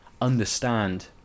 understand